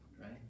right